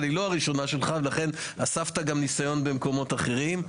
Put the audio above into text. היא לא הראשונה שלך ולכן אספת ניסיון גם במקומות אחרים.